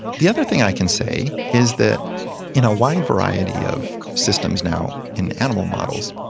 the other thing i can say is that in a wide variety of systems now in animal models,